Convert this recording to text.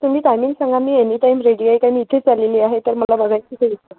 तुम्ही टायमिंग सांगा मी एनी टाईम रेडी आहे कारण मी इथेच आलेली आहे तर मला बघायचं आहे इथं